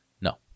No